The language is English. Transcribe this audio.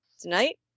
Tonight